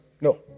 no